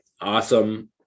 awesome